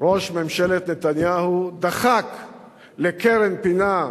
ראש ממשלת נתניהו דחק לקרן, לפינה,